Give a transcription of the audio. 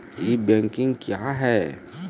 ई banking क्या हैं?